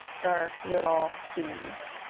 dark little seeds